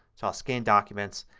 so i'll scan documents.